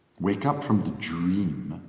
wake up from the dream,